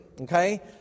okay